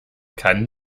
kann